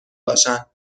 باشن